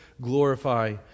glorify